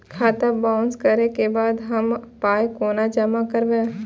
खाता बाउंस करै के बाद हम पाय कोना जमा करबै?